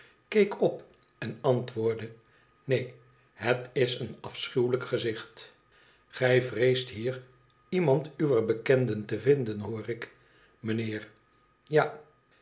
keek op en antwoordde neen het is een afschuwelijk gezicht gijvreesdet hier iemand uwer bekenden te vinden hoor ik mijnheer ja